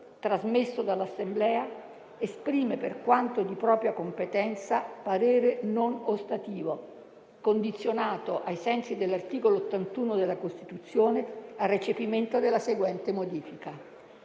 trasmesso dall'Assemblea, esprime, per quanto di propria competenza, parere non ostativo, condizionato, ai sensi dell'articolo 81 della Costituzione, al recepimento della seguente modifica: